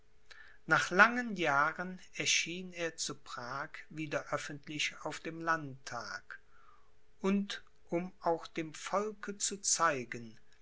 nach langen jahren erschien er zu prag wieder öffentlich auf dem landtag und um auch dem volke zu zeigen